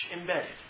embedded